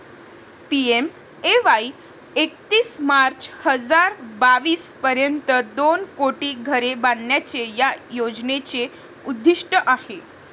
PMAY एकतीस March हजार बावीस पर्यंत दोन कोटी घरे बांधण्याचे या योजनेचे उद्दिष्ट आहे